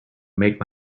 make